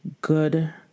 good